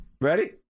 Ready